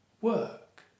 work